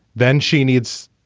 then she needs,